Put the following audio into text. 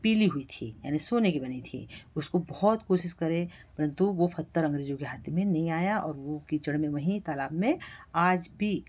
पीली हुई थी यानी सोने की बनी थी उसको बहुत कोशिश करे परंतु वो पत्थर अंग्रेजों के हाथ में नहीं आया और वो कीचड़ में वहीं तालाब में आज भी